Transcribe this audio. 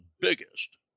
biggest